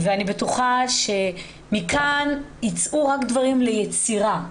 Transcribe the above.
אני בטוחה שמכאן ייצאו רק דברים ליצירה.